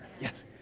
Yes